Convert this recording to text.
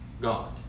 God